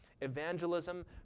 Evangelism